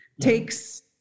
takes